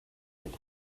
get